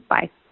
Bye